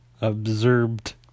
observed